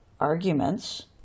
arguments